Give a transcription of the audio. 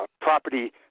property